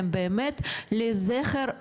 הם באמת לזכר,